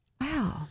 Wow